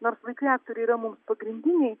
nors vaikai aktoriai yra mums pagrindiniai